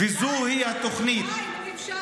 די כבר.